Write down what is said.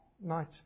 night